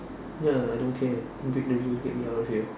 ya I don't care break the rule get me out of here